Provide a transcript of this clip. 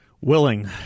Willing